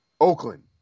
Oakland